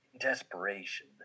Desperation